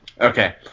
Okay